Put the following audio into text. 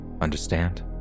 Understand